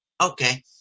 Okay